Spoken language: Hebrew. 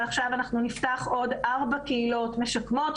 ועכשיו אנחנו נפתח עוד ארבע קהילות משקמות.